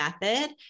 method